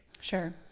Sure